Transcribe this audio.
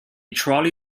trolley